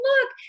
look